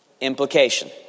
Implication